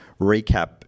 recap